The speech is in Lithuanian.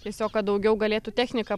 tiesiog kad daugiau galėtų technika